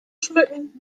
schmücken